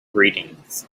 greetings